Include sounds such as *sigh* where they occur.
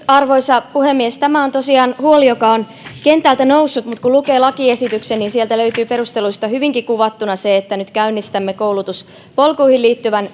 arvoisa puhemies tämä on tosiaan huoli joka on kentältä noussut mutta kun lukee lakiesityksen niin sieltä löytyy perusteluista hyvinkin kuvattuna se että nyt käynnistämme koulutuspolkuihin liittyvän *unintelligible*